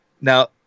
now